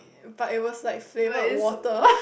but it was like flavour of water